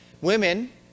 Women